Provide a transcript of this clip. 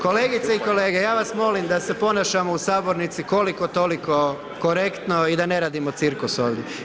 Kolegice i kolege, ja vas molim da se ponašamo u sabornici koliko-toliko korektno i da ne radimo cirkus ovdje.